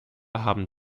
haben